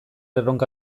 erronka